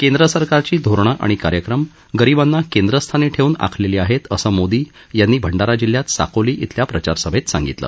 केंद्रसरकारची धोरणं आणि कार्यक्रम गरीबांना केंद्रस्थानी ठेवून आखलेली आहेत असं मोदी यांनी भंडारा जिल्ह्यात साकोली इथल्या प्रचार सभेत सांगितलं